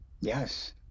Yes